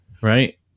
Right